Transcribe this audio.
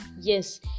yes